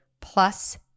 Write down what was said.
plus